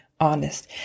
honest